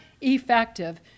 effective